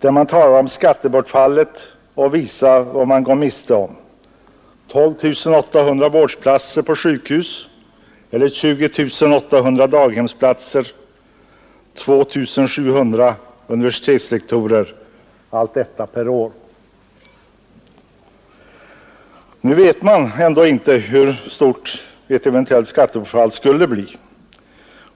att man talar om skattebortfallet och visar vad man med det går miste om: 12 800 vårdplatser på sjukhus eller 20 800 daghemsplatser eller 2 700 universitetslektorer — allt detta per år. Nu vet man ändå inte hur stort ett eventuellt skattebortfall skulle bli.